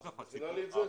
את מכינה לי את זה?